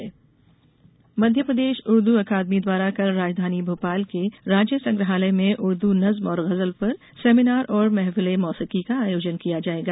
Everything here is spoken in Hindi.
सेमीनार मध्यप्रदेश उर्द्र अकादमी द्वारा कल राजधानी भोपाल के राज्य संग्रहाल में उर्द् नज्म और गज़ल पर सेमीनार और महफिल ए मौसिकी का आयोजन किया जाएगा